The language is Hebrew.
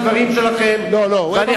כך נשמעים הדברים שלכם, לא, לא, בדיוק הפוך.